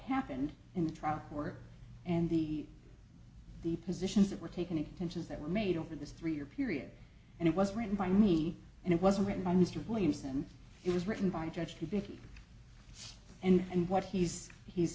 happened in the trial court and the the positions that were taken extensions that were made over this three year period and it was written by me and it wasn't written by mr williamson it was written by a judge to begin and what he's he's